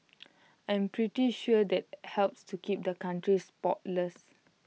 I'm pretty sure that helps to keep the country spotless